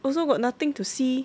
also got nothing to see